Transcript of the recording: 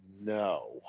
no